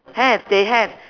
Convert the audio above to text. have they have